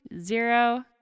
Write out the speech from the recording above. zero